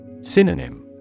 Synonym